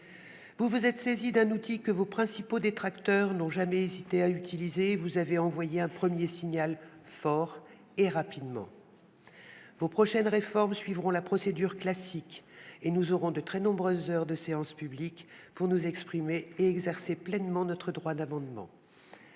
Vous vous êtes saisie d'un outil que vos principaux détracteurs n'ont jamais hésité à utiliser, et vous avez envoyé rapidement un premier signal fort. Vos prochaines réformes suivront la procédure classique, et nous aurons de très nombreuses heures de séance publique pour nous exprimer et exercer pleinement notre droit d'amendement.